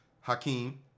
Hakeem